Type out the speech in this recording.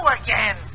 again